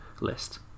list